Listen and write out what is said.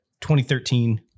2013